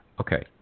Okay